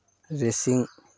racing